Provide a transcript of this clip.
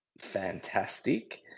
fantastic